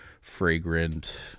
fragrant